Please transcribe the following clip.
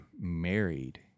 married